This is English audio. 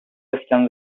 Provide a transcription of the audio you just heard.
system